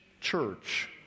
church